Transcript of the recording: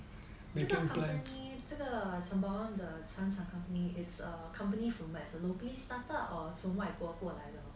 这个 company 这个 sembawang 的船厂 company it's a company from where it's a a locally startup or 从外国过来的